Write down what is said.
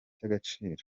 agaciro